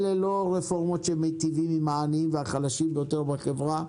אלה לא רפורמות שמיטיבות עם העניים והחלשים ביותר בחברה,